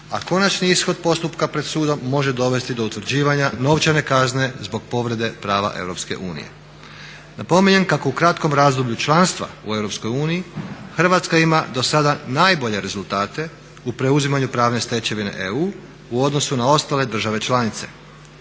a konačni ishod postupka pred sudom može dovesti do utvrđivanja novčane kazne zbog povrede prava Europske unije. Napominjem kako u kratkom razdoblju članstva u Europskoj uniji Hrvatska ima do sada najbolje rezultate u preuzimanju pravne stečevine EU u odnosu na ostale države članice,